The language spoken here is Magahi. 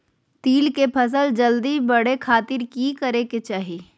तिल के फसल जल्दी बड़े खातिर की करे के चाही?